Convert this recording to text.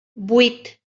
vuit